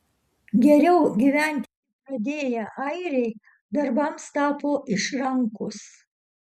geriau gyventi pradėję airiai darbams tapo išrankūs